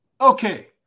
Okay